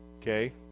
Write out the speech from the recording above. Okay